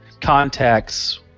contacts